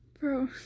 Bro